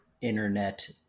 internet